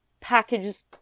packages